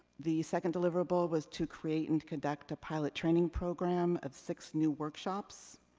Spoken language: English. the second deliverable was to create and conduct a pilot training program of six new workshops.